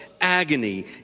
agony